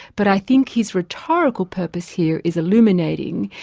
but i think his rhetorical purpose here is illuminating,